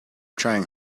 trying